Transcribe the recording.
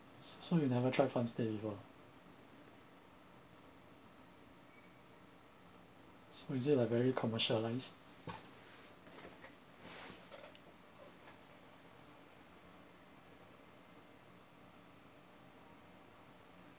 so so you never try farmstay before so is it like very commercialised